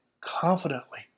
confidently